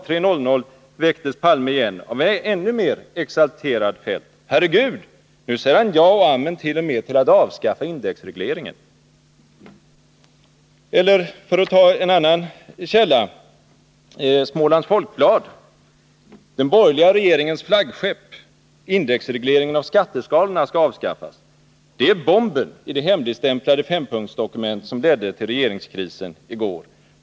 03.00 väcktes Palme igen, av en ännu mer exalterad Feldt: — Herregud, nu säger han ja och amen till och med till att avskaffa indexregleringen!” Jag kan ta en annan källa, Smålands Folkblad, som den 25 april skrev: ”Den borgerliga regeringens flaggskepp — indexregleringen av skatteskalorna — skall avskaffas. Det är bomben i det hemligstämplade fempunktsdokument som ledde till regeringskrisen i går.